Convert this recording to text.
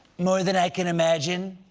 more than i can imagine?